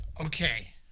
Okay